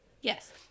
Yes